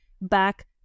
back